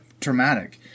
traumatic